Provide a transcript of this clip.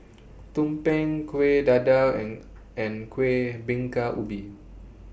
Tumpeng Kueh Dadar and and Kueh Bingka Ubi